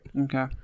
okay